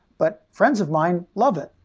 but friends of mine love it.